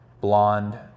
blonde